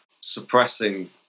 suppressing